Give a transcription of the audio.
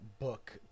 book